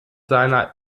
seiner